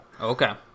Okay